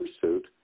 pursuit